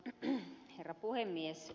arvoisa herra puhemies